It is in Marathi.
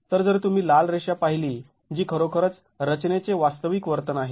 तर जर तुम्ही लाल रेषा पाहिली जी खरोखरच रचने चे वास्तविक वर्तन आहे